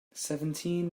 seventeen